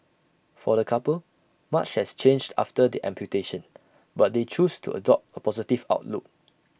for the couple much has changed after the amputation but they choose to adopt A positive outlook